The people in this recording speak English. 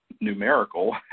numerical